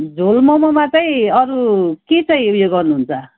झोल मोमोमा चाहिँ अरू के चाहिँ उयो गर्नुहुन्छ